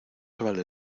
vale